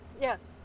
Yes